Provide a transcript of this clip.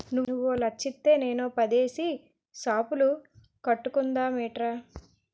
నువ్వో లచ్చిత్తే నేనో పదేసి సాపులు కట్టుకుందమేట్రా